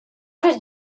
did